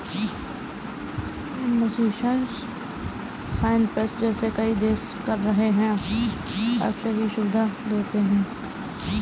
Mauritius, Cyprus जैसे कई देश कर आश्रय की सुविधा देते हैं